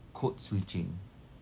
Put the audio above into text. code switching